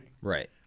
Right